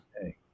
Hey